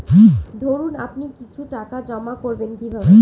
ধরুন আপনি কিছু টাকা জমা করবেন কিভাবে?